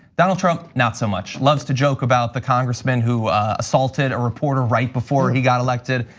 donald trump, not so much. loves to joke about the congressman who assaulted a reporter right before he got elected,